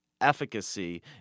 efficacy